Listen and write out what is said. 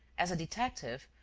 as a detective,